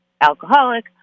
alcoholic